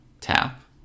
tap